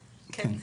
כן.